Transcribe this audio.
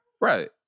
Right